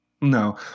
No